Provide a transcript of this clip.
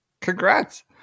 Congrats